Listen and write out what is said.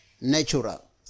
natural